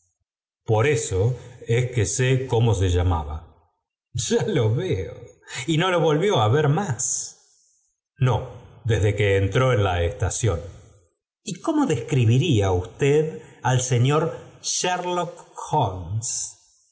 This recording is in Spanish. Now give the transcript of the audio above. por eso es que sé cómo so llamaba ya lo veo y no lo volvió á ver más no desde que entró en la estación t y cóm describiría usted al señor sherlock holmes